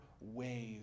ways